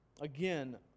Again